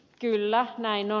kyllä näin on